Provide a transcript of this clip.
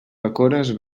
bacores